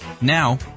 Now